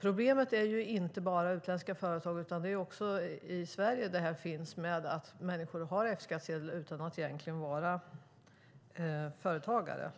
Det är inte bara utländska företag som är problemet, utan detta finns också i Sverige. Människor har F-skattsedel utan att egentligen vara företagare.